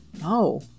no